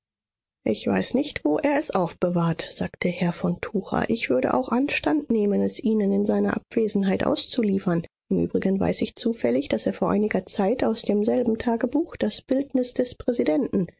ich weiß nicht wo er es aufbewahrt sagte herr von tucher ich würde auch anstand nehmen es ihnen in seiner abwesenheit auszuliefern im übrigen weiß ich zufällig daß er vor einiger zeit aus demselben tagebuch das bildnis des präsidenten